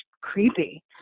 creepy